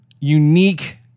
unique